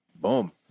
boom